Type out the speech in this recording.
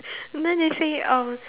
you know they say um